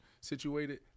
situated